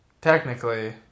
Technically